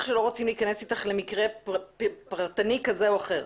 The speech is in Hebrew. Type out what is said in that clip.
אנחנו לא רוצים להיכנס אתך למקרה פרטני כזה או אחר,